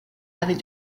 avec